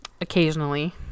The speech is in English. Occasionally